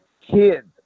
kids